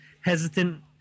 hesitant